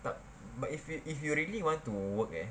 but but if you if you really want to work eh